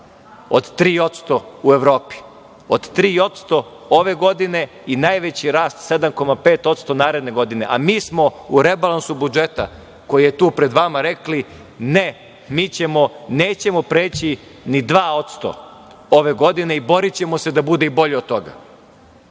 od 3% u Evropi, ove godine i najveći rast 7,5% naredne godine. A mi smo u rebalansu budžeta, koji je tu pred vama, rekli - ne, nećemo preći ni 2% ove godine i borićemo se da bude i bolje od toga.